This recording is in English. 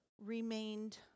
remained